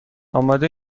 آماده